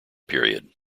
period